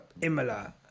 Imola